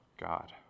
God